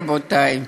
רבותי.